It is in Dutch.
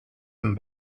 een